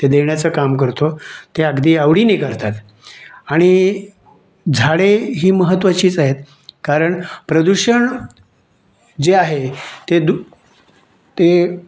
ते देण्याचं काम करतो ते अगदी आवडीने करतात आणि झाडे ही महत्त्वाचीच आहेत कारण प्रदूषण जे आहे ते दु ते